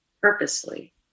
purposely